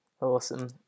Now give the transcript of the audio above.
Awesome